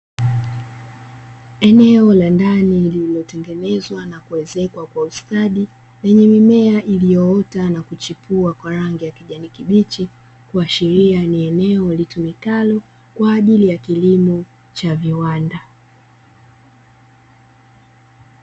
Eneo la ndani lililotengenezwa na kuezekwa kwa ustadi lenye mimea iliyoota na kuchipua kwa rangi ya kijani kibichi, kuashiria ni eneo litumikalo kwa ajili ya kilimo cha viwanda.